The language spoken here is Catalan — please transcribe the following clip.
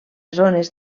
zones